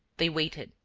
they waited,